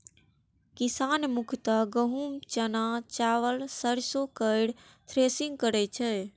किसान मुख्यतः गहूम, चना, चावल, सरिसो केर थ्रेसिंग करै छै